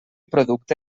producte